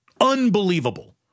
Unbelievable